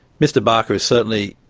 mr barker is certainly